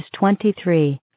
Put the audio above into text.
23